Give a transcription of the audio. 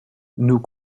nous